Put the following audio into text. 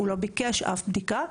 הוא לא ביקש אף בדיקה.